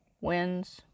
wins